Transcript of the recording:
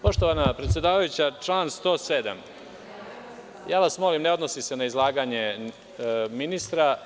Poštovana predsedavajuća, član 107. ne odnosi se na izlaganje ministra.